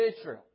Israel